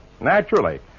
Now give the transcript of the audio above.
Naturally